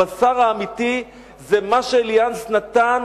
הבשר האמיתי זה מה ש"אליאנס" נתן,